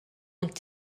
und